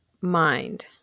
mind